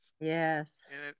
Yes